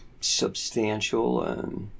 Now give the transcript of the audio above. substantial